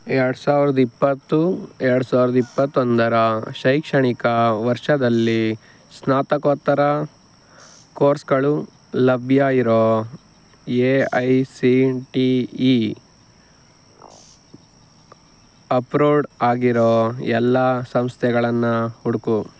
ಎರಡು ಸಾವಿರದ ಇಪ್ಪತ್ತು ಎರಡು ಸಾವಿರದ ಇಪ್ಪತ್ತೊಂದರ ಶೈಕ್ಷಣಿಕ ವರ್ಷದಲ್ಲಿ ಸ್ನಾತಕೋತ್ತರ ಕೋರ್ಸ್ಗಳು ಲಭ್ಯ ಇರೋ A I C T E approved ಆಗಿರೋ ಎಲ್ಲ ಸಂಸ್ಥೆಗಳನ್ನು ಹುಡುಕು